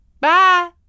Bye